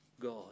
God